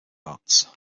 arts